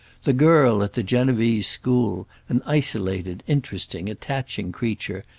the girl at the genevese school, an isolated interesting attaching creature,